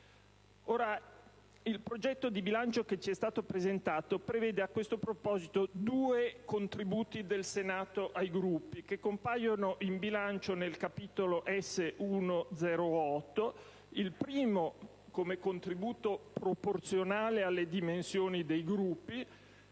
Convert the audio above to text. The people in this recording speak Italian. Il progetto di bilancio che ci è stato presentato prevede a questo proposito due contributi del Senato ai Gruppi, che compaiono nel capitolo S.1.08: il primo, come contributo proporzionale alle dimensioni dei Gruppi;